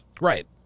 Right